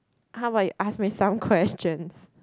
how about you ask me some questions